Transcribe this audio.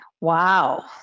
wow